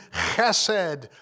chesed